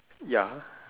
ya